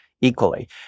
equally